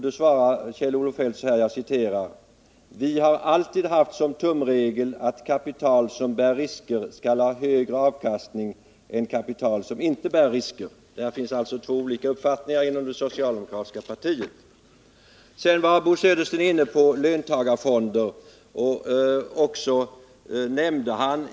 Då svarade Kjell-Olof Feldt så här: ”Vi har alltid haft som tumregel att kapital som bär risker skall ha högre avkastning än kapital som inte bär risker.” Där finns alltså två olika uppfattningar inom det socialdemokratiska partiet. Sedan var Bo Södersten inne på frågan om löntagarfonder.